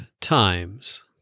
Times